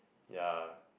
ya